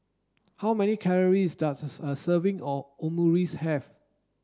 how many calories does a serving of Omurice have